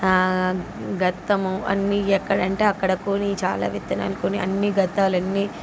గత్తము అన్నీ ఎక్కడంటే అక్కడ కొని చాలా విత్తనాలు కొని అన్నీ గత్తాలు అన్నీ